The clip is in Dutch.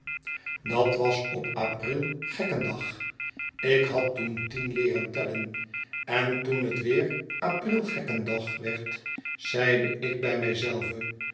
dat was op a pril gekkendag ik had toen tien leeren tellen en toen het weer april gekken dag werd zeide ik bij mij